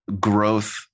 growth